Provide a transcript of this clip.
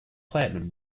platinum